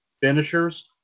finishers